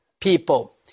people